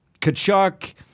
Kachuk